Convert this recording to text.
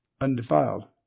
Undefiled